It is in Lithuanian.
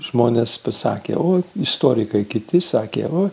žmonės pasakė oi istorikai kiti sakė oi